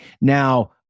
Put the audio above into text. now